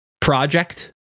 project